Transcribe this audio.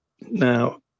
Now